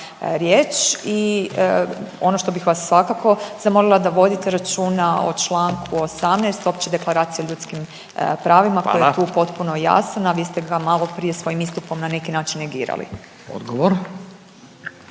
I ono što bih vas svakako zamolila da vodite računa o članku 18. Opće deklaracije o ljudskim pravima koji je potpuno jasna, a vi ste ga malo prije svojim istupom na neki način negirali. **Radin,